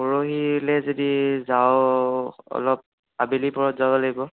পৰহিলে যদি যাৱ অলপ আবেলি পৰত যাব লাগিব